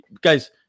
Guys